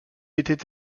était